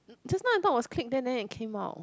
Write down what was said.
just now I thought was click there then came out